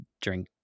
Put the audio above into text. drink